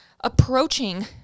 approaching